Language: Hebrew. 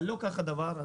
אבל לא כך הדבר.